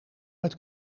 met